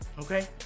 Okay